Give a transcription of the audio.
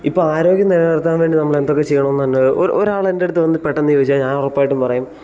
ഇപ്പോൾ ആരോഗ്യം നിലനിർത്താൻ വേണ്ടി നമ്മൾ എന്തൊക്കെ ചെയ്യണംന്ന് പറഞ്ഞാൽ ഒരാൾ എൻ്റെ അടുത്ത് വന്ന് പെട്ടെന്ന് ചോദിച്ചാൽ ഞാൻ ഉറപ്പായിട്ടും പറയും